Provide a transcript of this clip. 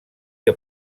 que